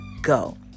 go